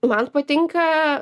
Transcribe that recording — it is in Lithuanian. man patinka